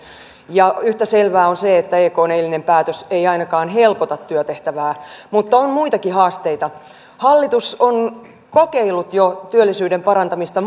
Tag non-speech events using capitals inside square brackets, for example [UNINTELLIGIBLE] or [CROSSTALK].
ja yhtä selvää on se että ekn eilinen päätös ei ainakaan helpota työtehtävää mutta on muitakin haasteita hallitus on kokeillut jo työllisyyden parantamista [UNINTELLIGIBLE]